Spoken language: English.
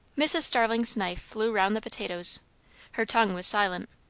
mrs. starling's knife flew round the potatoes her tongue was silent.